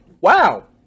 Wow